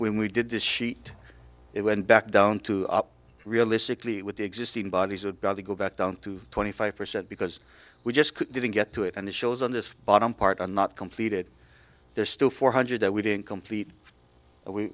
when we did this sheet it went back down to realistically with the existing bodies would probably go back down to twenty five percent because we just didn't get to it and the shows on this bottom part are not completed there's still four hundred that we didn't complete but we